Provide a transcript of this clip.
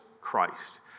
Christ